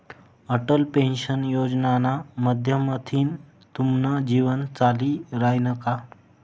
Atal pension योजनाना माध्यमथीन तुमनं जीवन चाली रायनं का?